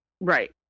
Right